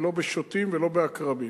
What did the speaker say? לא בשוטים ולא בעקרבים.